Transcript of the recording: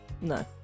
No